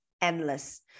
endless